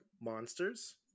monsters